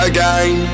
Again